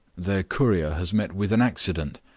their courier has met with an accident,